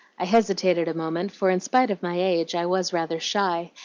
i hesitated a moment, for in spite of my age i was rather shy,